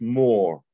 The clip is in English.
more